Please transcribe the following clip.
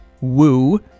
woo